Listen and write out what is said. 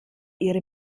ihre